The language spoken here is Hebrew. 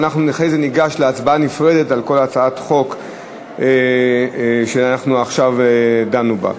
ואחרי זה אנחנו ניגש להצבעה נפרדת על כל הצעת חוק שאנחנו עכשיו דנו בה.